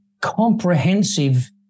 comprehensive